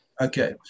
Okay